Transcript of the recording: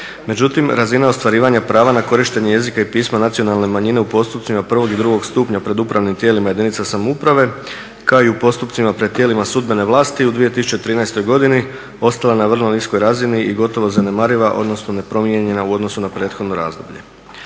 Međutim, razina ostvarivanja prava na korištenje jezika i pisma nacionalne manjine u postupcima prvog i drugog stupnja pred upravnim tijelima jedinica samouprave kao i u postupcima pred tijelima sudbene vlasti u 2013. godini ostala na vrlo niskoj razini i gotovo zanemariva, odnosno nepromijenjena u odnosu na prethodno razdoblje.